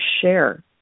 share